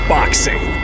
Boxing